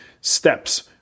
steps